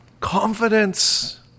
confidence